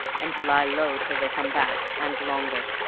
and to lie low till they come back, and longer.